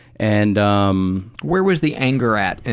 and um where was the anger at, and